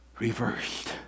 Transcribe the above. reversed